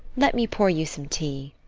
let me pour you some tea.